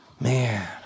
Man